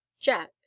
Jack